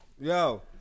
Yo